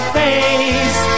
face